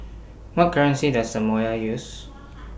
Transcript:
What currency Does Samoa use